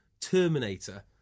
Terminator